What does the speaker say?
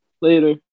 later